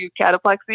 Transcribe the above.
cataplexy